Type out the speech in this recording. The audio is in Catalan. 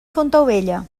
fontaubella